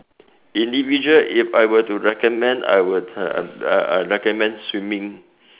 individual if I were to recommend I would uh recommend swimming